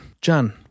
John